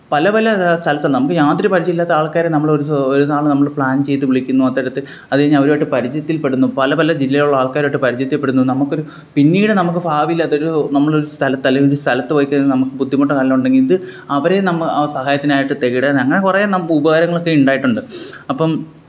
പല പല സ്ഥലത്ത് നമുക്ക് യാതൊര് പരിചയമില്ലാത്ത ആള്ക്കാരെ നമ്മളൊരു ദിവസം ഒര് നാള് നമ്മള് പ്ലാന് ചെയ്ത് വിളിക്കുന്നു അത്തരത്തില് അതുകഴിഞ്ഞവരുവായിട്ട് പരിചയത്തില്പ്പെടുന്നു പല പല ജില്ലയിലുള്ള ആള്ക്കാരുവായിട്ട് പരിചയത്തിൽ പ്പെടുന്നു നമുക്കൊരു പിന്നീട് നമുക്ക് ഭാവിയിൽ അതൊരു നമ്മളൊരു സ്ഥലത്തല്ലേ ഒര് സ്ഥലത്ത് പോയിക്കഴിഞ്ഞാല് നമുക്ക് ബുദ്ധിമുട്ടോ കാര്യങ്ങളോ ഉണ്ടെങ്കിൽ ഇത് അവരെ നമ്മ സഹായത്തിനായിട്ട് തേടാന് അങ്ങനെ കുറെ നം ഉപകാരങ്ങളൊക്കെ ഉണ്ടായിട്ടുണ്ട് അപ്പം